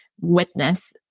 witness